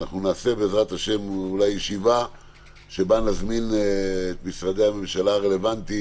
נעשה בעזרת השם אולי ישיבה שבה נזמין את משרדי הממשלה הרלוונטיים,